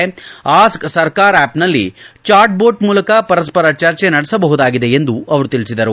ask Sarkar ಆ್ಲಪ್ನಲ್ಲಿ chat bot ಮೂಲಕ ಪರಸ್ಪರ ಚರ್ಚೆ ನಡೆಸಬಹುದಾಗಿದೆ ಎಂದು ಅವರು ತಿಳಿಸಿದರು